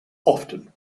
often